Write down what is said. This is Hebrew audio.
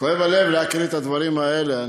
כואב הלב להקריא את הדברים האלה.